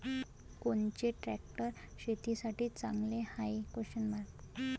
कोनचे ट्रॅक्टर शेतीसाठी चांगले हाये?